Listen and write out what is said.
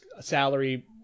salary